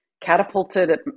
catapulted